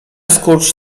skurcz